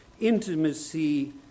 Intimacy